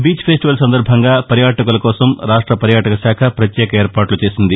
beach festival సందర్బంగా పర్యాటకుల కోసం రాష్ట పర్యాటక శాఖ ప్రత్యేక ఏర్పాట్ల చేసింది